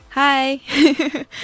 Hi